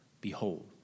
Behold